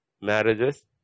marriages